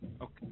Okay